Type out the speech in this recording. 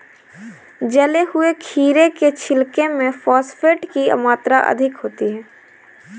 जले हुए खीरे के छिलके में फॉस्फेट की मात्रा अधिक होती है